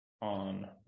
On